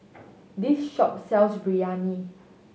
this shop sells Biryani